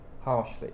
harshly